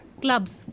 Clubs